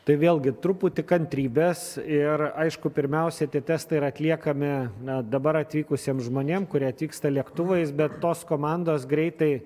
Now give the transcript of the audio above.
tai vėlgi truputį kantrybės ir aišku pirmiausia tie testai yra atliekami na dabar atvykusiem žmonėm kurie atvyksta lėktuvais bet tos komandos greitai